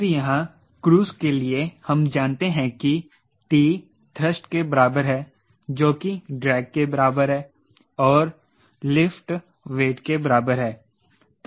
फिर यहां क्रूज़ के लिए हम जानते हैं कि T थ्रस्ट के बराबर है जो कि ड्रैग के बराबर है और लिफ्ट वेट के बराबर है